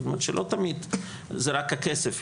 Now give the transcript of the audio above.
זאת אומרת שלא תמיד זה רק הכסף.